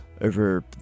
over